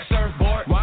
Surfboard